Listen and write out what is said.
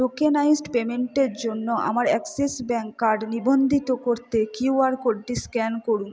tokenised পেমেন্টের জন্য আমার অ্যাক্সিস ব্যাংক কার্ড নিবন্ধিত করতে কিউ আর কোডটি স্ক্যান করুন